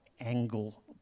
angle